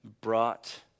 brought